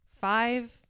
five